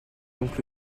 donc